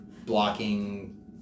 blocking